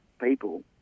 people